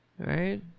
Right